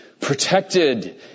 protected